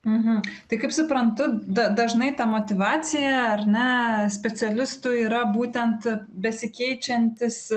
mh tai kaip suprantu da dažnai ta motyvacija ar ne specialistų yra būtent besikeičiantis